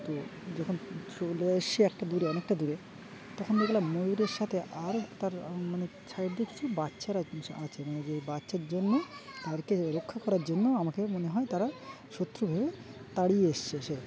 তো যখন চলে এসছে একটা দূরে অনেকটা দূরে তখন দেখলাম ময়ূরের সাথে আরও তার মানে চারিদিকে দেখছি বাচ্চারা আছে মানে যে বাচ্চার জন্য তারকে রক্ষা করার জন্য আমাকে মনে হয় তারা শত্রুভাবে তাড়িয়ে এসছে সে